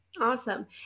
Awesome